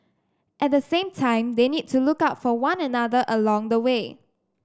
at the same time they need to look out for one another along the way